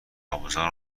آموزان